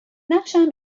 نقشم